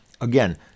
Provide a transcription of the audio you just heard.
Again